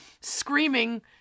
screaming